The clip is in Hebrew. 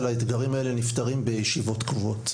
הדברים האלה נפתרים בישיבות קבועות.